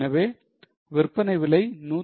எனவே விற்பனை விலை 151